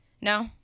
No